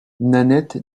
nanette